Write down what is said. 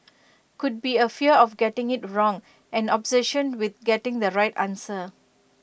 could be A fear of getting IT wrong an obsession with getting the right answer